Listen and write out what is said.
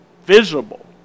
Visible